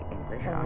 English